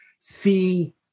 fee